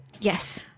Yes